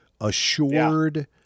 assured